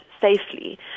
safely